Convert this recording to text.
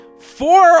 four